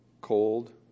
cold